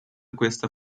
questa